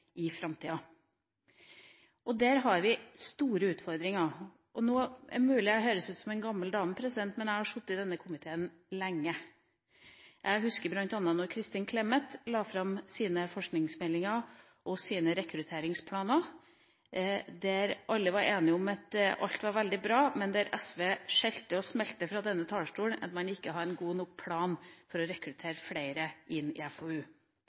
i framtida. Der har vi store utfordringer. Nå er det mulig jeg høres ut som en gammel dame, men jeg har sittet i denne komiteen lenge. Jeg husker bl.a. da Kristin Clemet la fram sine forskningsmeldinger og sine rekrutteringsplaner. Der var alle enige om at alt var veldig bra, men SV skjelte og smelte fra denne talerstolen om at man ikke hadde en god nok plan for å rekruttere flere inn i FoU.